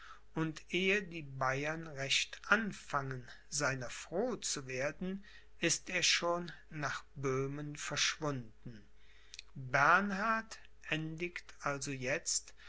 und ehe die bayern recht anfangen seiner froh zu werden ist er schon nach böhmen verschwunden bernhard endigt also jetzt